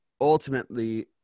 ultimately